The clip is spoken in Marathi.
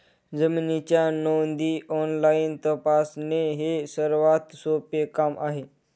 जमिनीच्या नोंदी ऑनलाईन तपासणे हे सर्वात सोपे काम आहे